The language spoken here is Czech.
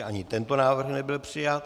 Ani tento návrh nebyl přijat.